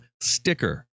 sticker